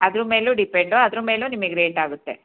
ಅದ್ರ ಮೇಲೂ ಡಿಪೆಂಡು ಅದ್ರ ಮೇಲೂ ನಿಮಗ್ ರೇಟ್ ಆಗುತ್ತೆ